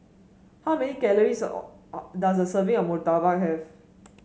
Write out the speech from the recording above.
how many calories or does a serving of Murtabak have